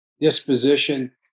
disposition